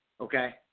Okay